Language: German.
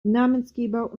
namensgeber